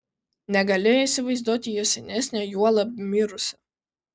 negalėjo įsivaizduoti jo senesnio juolab mirusio